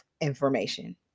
information